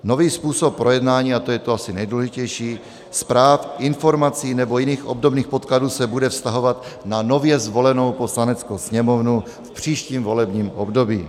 Nový způsob projednání a to je asi to nejdůležitější zpráv, informací nebo jiných obdobných podkladů se bude vztahovat na nově zvolenou Poslaneckou sněmovnu v příštím volebním období.